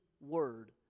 word